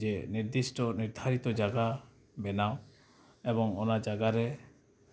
ᱡᱮ ᱱᱤᱨᱫᱤᱥᱴᱚ ᱱᱤᱨᱫᱷᱟᱨᱤᱛᱚ ᱡᱟᱭᱜᱟ ᱵᱮᱱᱟᱣ ᱮᱵᱚᱝ ᱚᱱᱟ ᱡᱟᱭᱜᱟ ᱨᱮ